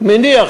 מניח.